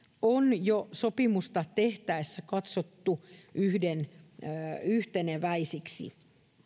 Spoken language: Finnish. on jo sopimusta tehtäessä katsottu yhteneväisiksi